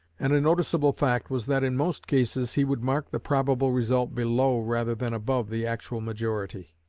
and a noticeable fact was that in most cases he would mark the probable result below rather than above the actual majority.